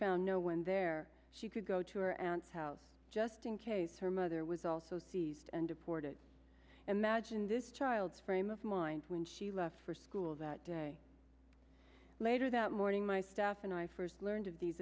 found no one there she could go to her aunt's house just in case her mother was also seized and deported imagine this child's frame of mind when she left for school that day later that morning my staff and i first learned of these